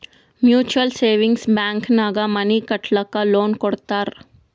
mutual savings bank ನಾಗ್ money ಕಟ್ಟಲಕ್ಕ್ loan ಕೊಡ್ತಾರ್